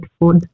food